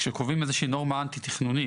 כשקובעים איזושהי נורמה אנטי תכנונית,